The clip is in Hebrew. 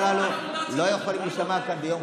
אתה מוכיח שזה נכון.